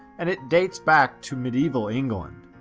and it dates back to medieval england.